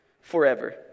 forever